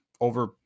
over